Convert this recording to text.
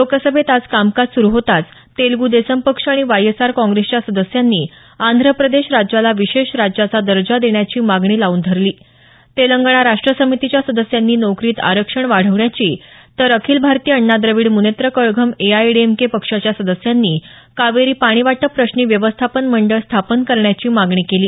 लोकसभेत आज कामकाज सुरु होताच तेलगु देसम पक्ष आणि वायएसआर काँग्रेसच्या सदस्यांनी आंध्र प्रदेश राज्याला विशेष राज्याचा दर्जा देण्याची मागणी लाऊन धरली तेलंगणा राष्ट्र समितीच्या सदस्यांनी नोकरीत आरक्षण वाढवण्याची तर अखिल भारतीय अण्णा द्रविड मुनेत्र कळघम एआयएडीएमके पक्षाच्या सदस्यांनी कावेरी पाणी वाटप प्रश्नी व्यवस्थापन मंडळ स्थापन करण्याची मागणी केली